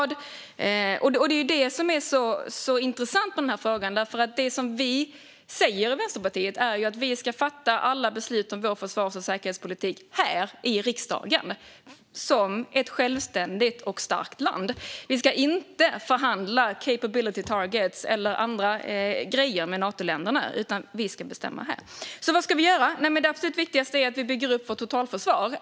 Det är det som är så intressant med den här frågan, för det vi säger i Vänsterpartiet är att vi ska fatta alla beslut om vår försvars och säkerhetspolitik här, i riksdagen, som ett självständigt och starkt land. Vi ska inte förhandla "capability targets" eller andra grejer med Natoländerna, utan vi ska bestämma här. Så vad ska vi göra? Det absolut viktigaste är att vi bygger upp vårt totalförsvar.